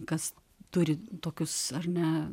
kas turi tokius ar ne